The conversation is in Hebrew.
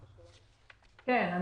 כן.